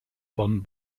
bonn